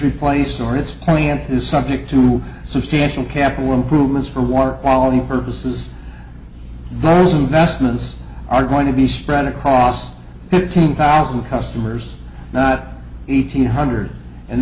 replaced or its plant is subject to substantial capital improvements for water quality purposes those investments are going to be spread across fifteen thousand customers not eat hundred and